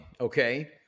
okay